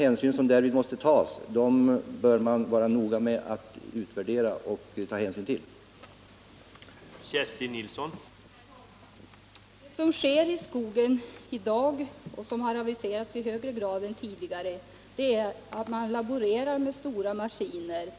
Jag tror att man bör vara noga med att ta hänsyn till och utvärdera dessa sidoeffekter.